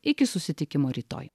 iki susitikimo rytoj